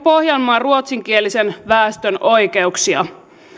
pohjanmaan ruotsinkielisen väestön oikeuksia